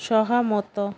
ସହମତ